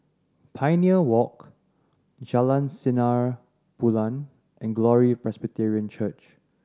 Pioneer Walk Jalan Sinar Bulan and Glory Presbyterian Church